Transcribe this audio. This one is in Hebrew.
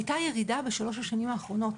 הייתה ירידה בשלוש השנים האחרונות.